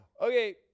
Okay